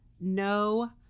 no